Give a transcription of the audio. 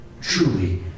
Truly